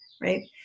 right